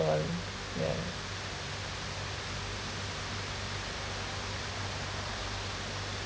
well yeah